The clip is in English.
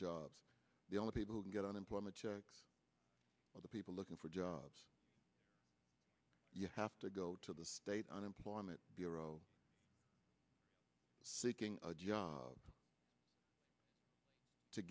jobs the only people who get unemployment checks are the people looking for jobs you have to go to the state unemployment bureau seeking a job to